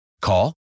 Call